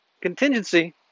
contingency